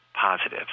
positive